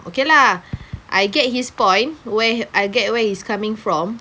okay lah I get his point where I get where he's coming from